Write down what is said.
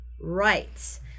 rights